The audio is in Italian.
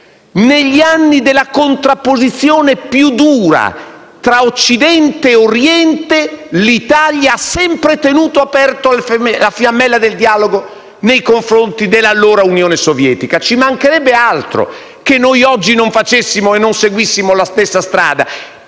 Negli anni della contrapposizione più dura tra Occidente e Oriente, l'Italia ha sempre tenuto aperta la fiammella del dialogo nei confronti dell'allora Unione Sovietica: ci mancherebbe altro che noi oggi non lo facessimo e non seguissimo la stessa strada.